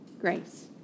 grace